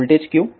voltage क्यों